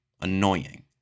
annoying